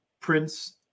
Prince –